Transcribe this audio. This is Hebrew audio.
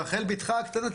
ברחל ביתך הקטנה,